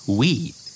weed